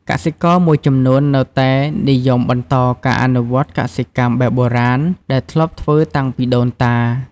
កសិករមួយចំនួននៅតែនិយមបន្តការអនុវត្តកសិកម្មបែបបុរាណដែលធ្លាប់ធ្វើតាំងពីដូនតា។